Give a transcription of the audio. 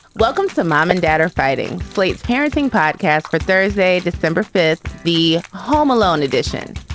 welcome to mom and dad are fighting fleets parenting podcast for thursday, december fifth, the home alone edition.